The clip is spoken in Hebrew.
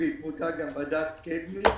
ובעקבותיה גם ועדת קדמי,